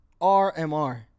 RMR